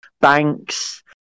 banks